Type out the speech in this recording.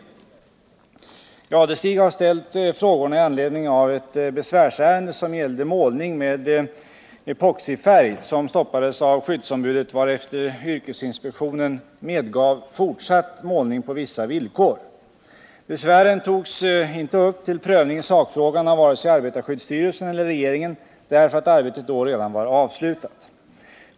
Thure Jadestig har ställt frågorna i anledning av ett besvärsärende som gällde målning med epoxifärg och som stoppades av skyddsombudet, varefter yrkesinspektionen medgav fortsatt målning på vissa villkor. Besvären togs inte upp till prövning i sakfrågan av vare sig arbetarskyddsstyrelsen eller regeringen därför att arbetet då redan var avslutat.